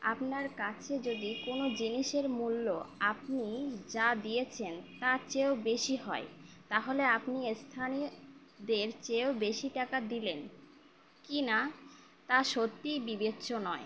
আপনার কাছে যদি কোনো জিনিসের মূল্য আপনি যা দিয়েছেন তার চেয়েও বেশি হয় তাহলে আপনি স্থানীয়দের চেয়েও বেশি টাকা দিলেন কি না তা সত্যিই বিবেচ্য নয়